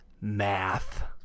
math